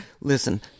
listen